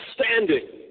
standing